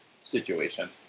situation